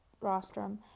rostrum